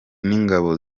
n’ingabo